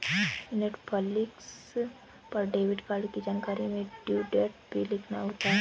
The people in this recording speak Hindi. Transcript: नेटफलिक्स पर डेबिट कार्ड की जानकारी में ड्यू डेट भी लिखना होता है